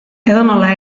edonola